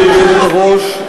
גברתי היושבת-ראש,